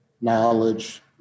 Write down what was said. knowledge